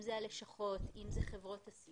אם זה הלשכות, אם זה חברות הסיעוד.